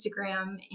Instagram